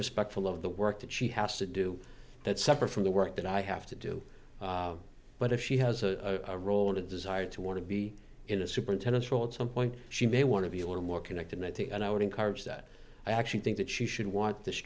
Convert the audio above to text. respectful of the work that she has to do that's separate from the work that i have to do but if she has a role and a desire to want to be in a superintendent's role at some point she may want to be a little more connectivity and i would encourage that i actually think that she should want this